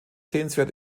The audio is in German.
sehenswert